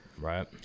right